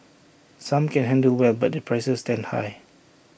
some can handle well but their prices stand high